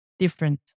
Different